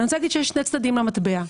יש שני צדדים למטבע.